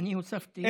אני הוספתי,